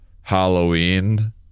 Halloween